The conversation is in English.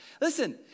Listen